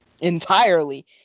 entirely